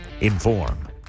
Inform